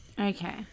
okay